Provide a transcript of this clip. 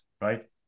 Right